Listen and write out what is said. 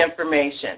information